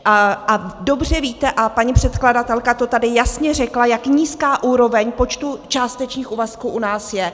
A dobře víte, a paní předkladatelka to tady jasně řekla, jak nízká úroveň počtu částečných úvazků u nás je.